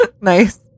Nice